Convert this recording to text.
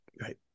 Right